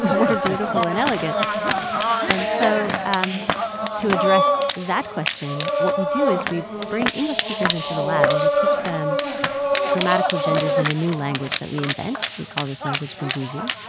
beautiful and elegant and so um to address that question, what we do is we bring english speakers into the lab, and we teach them grammatical genders in a new language that we invent. we call this language gumbuzi.